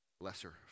lesser